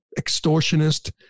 extortionist